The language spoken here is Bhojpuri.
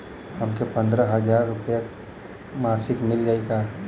हमके पन्द्रह हजार रूपया क मासिक मिल जाई का?